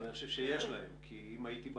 אני חושב שיש להם כי אם הייתי בקואליציה,